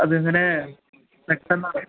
അത് ഇങ്ങനെ പെട്ടെന്ന്